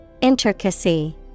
Intricacy